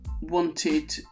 wanted